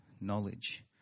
knowledge